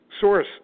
source